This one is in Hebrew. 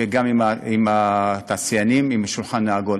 וגם עם התעשיינים, עם השולחן העגול.